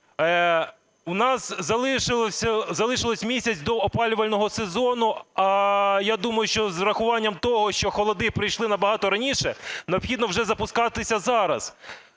У нас залишився місяць до опалювального сезону. А я думаю, що з урахуванням того, що холоди прийшли набагато раніше, необхідно вже запускатися зараз.